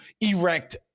erect